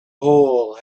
hole